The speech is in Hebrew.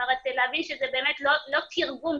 להבין שזה לא תרגום,